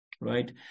right